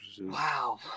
Wow